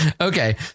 Okay